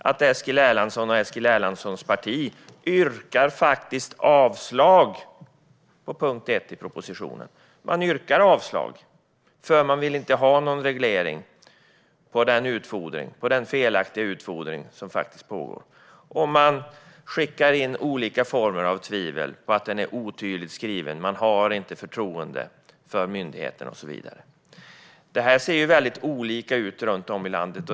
Men Eskil Erlandsson och hans parti yrkar faktiskt avslag på punkt 1 i propo-sitionen. Man yrkar avslag, för man vill inte ha någon reglering av den felaktiga utfodring som pågår. Och man skickar in olika former av tvivel: Det är otydligt skrivet, man har inte förtroende för myndigheten och så vidare. Det ser väldigt olika ut runt om i landet.